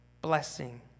blessing